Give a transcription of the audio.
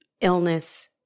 illness